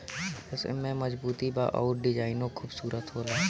एमे मजबूती बा अउर डिजाइनो खुबसूरत होला